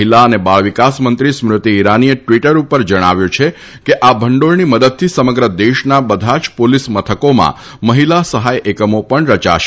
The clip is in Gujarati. મહિલા અને બાળ વિકાસ મંત્રી સ્મૃતિ ઇરાનીએ ટિવટર ઉપર જણાવ્યું છે કે આ ભંડોળની મદદથી સમગ્ર દેશના બધા જ પોલીસ મથકોમાં મહિલા સહાથ એકમો પણ રયાશે